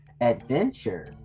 Adventure